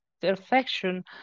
perfection